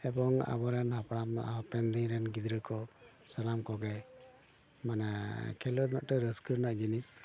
ᱮᱵᱚᱝ ᱟᱵᱚᱨᱮᱱ ᱦᱟᱯᱲᱟᱢ ᱦᱟᱯᱮᱱ ᱫᱤᱱ ᱨᱮᱱ ᱜᱤᱫᱽᱨᱟᱹ ᱠᱚ ᱥᱟᱱᱟᱢ ᱠᱚᱜᱮ ᱢᱟᱱᱮ ᱠᱷᱮᱞᱳᱰ ᱢᱤᱫᱴᱮᱱ ᱨᱟᱹᱥᱠᱟᱹ ᱨᱮᱱᱟᱜ ᱡᱤᱱᱤᱥ